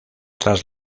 tras